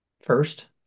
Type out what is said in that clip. First